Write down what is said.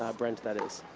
brent that is.